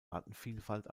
artenvielfalt